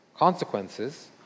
consequences